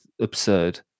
absurd